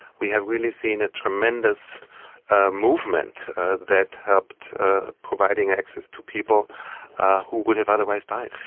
we have really seen a tremendous ah movement that helped providing access to people who would have otherwise died.